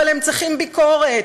אבל הם צריכים ביקורת,